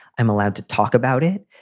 i'm allowed to talk about it.